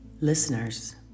Listeners